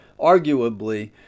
arguably